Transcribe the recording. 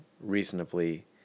reasonably